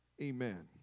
amen